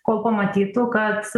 kol pamatytų kad